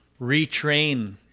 retrain